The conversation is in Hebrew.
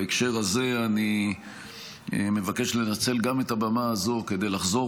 בהקשר הזה אני מבקש לנצל את הבמה הזאת כדי לחזור